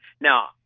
Now